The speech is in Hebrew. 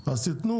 אז תיתנו